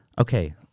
Okay